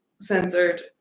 censored